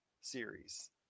series